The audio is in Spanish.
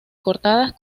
cortadas